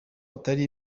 atari